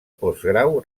postgrau